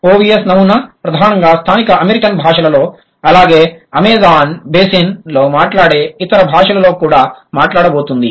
OVS నమూనా ప్రధానంగా స్థానిక అమెరికన్ భాషలలో అలాగే అమెజాన్ బేసిన్ లో మాట్లాడే ఇతర భాషలలో కూడా మాట్లాడబడుతోంది